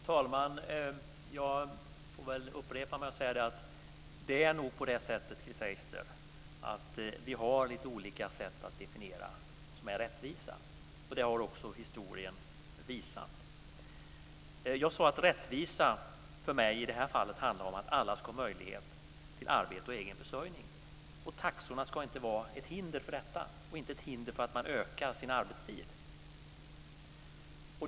Herr talman! Jag får upprepa mig och säga att det nog är så, Chris Heister, att vi har lite olika sätt att definiera vad som är rättvisa. Det har också historien visat. Jag sade att rättvisa för mig i detta fall handlar om att alla ska ha möjlighet till arbete och egen försörjning. Taxorna ska inte vara ett hinder för detta eller ett hinder om man vill öka sin arbetstid.